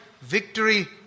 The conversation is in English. victory